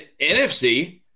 NFC